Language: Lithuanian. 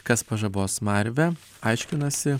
kas pažabos smarvę aiškinasi